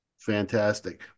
Fantastic